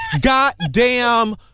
goddamn